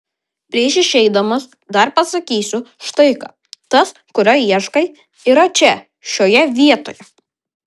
prieš išeidamas dar pasakysiu štai ką tas kurio ieškai yra čia šioje vietoje